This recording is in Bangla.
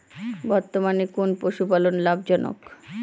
বর্তমানে কোন পশুপালন লাভজনক?